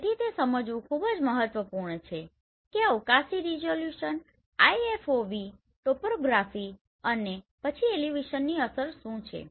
તેથી તે સમજવું ખૂબ જ મહત્વપૂર્ણ છે કે અવકાશી રીઝોલ્યુશન IFOV ટોપોગ્રાફી અને પછી એલિવેશનની અસર શું છે